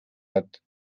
hat